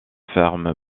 fermes